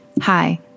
Hi